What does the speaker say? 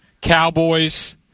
Cowboys